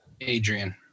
Adrian